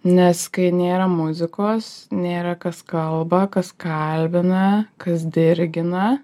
nes kai nėra muzikos nėra kas kalba kas kalbina kas dirgina